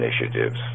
initiatives